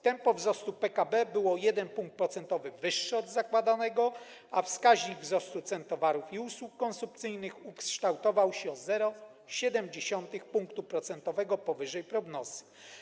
Tempo wzrostu PKB było o 1 punkt procentowy wyższe od zakładanego, a wskaźnik wzrostu cen towarów i usług konsumpcyjnych ukształtował się na poziomie 0,7 punktu procentowego powyżej prognozy.